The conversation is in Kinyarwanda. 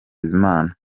bizimana